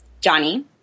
Johnny